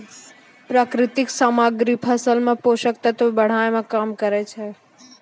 प्राकृतिक सामग्री फसल मे पोषक तत्व बढ़ाय में काम करै छै